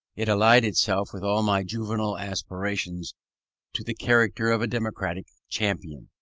it allied itself with all my juvenile aspirations to the character of a democratic champion.